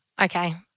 Okay